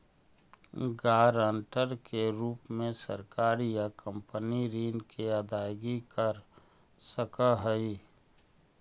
guarantor के रूप में सरकार या कंपनी ऋण के अदायगी कर सकऽ हई